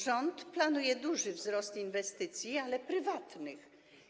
Rząd planuje duży wzrost inwestycji, ale prywatnych.